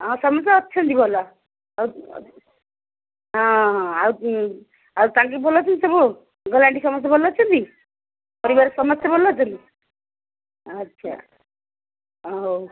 ହଁ ସମସ୍ତେ ଅଛନ୍ତି ଭଲ ହଁ ହଁ ଆଉ ଆଉ ତାଙ୍କେ ଭଲ ଅଛନ୍ତି ସବୁ ଅଙ୍କଲ୍ ଆଣ୍ଟି ସମସ୍ତେ ଭଲ ଅଛନ୍ତି ପରିବାର ସମସ୍ତେ ଭଲ ଅଛନ୍ତି ଆଚ୍ଛା ହଉ